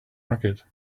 market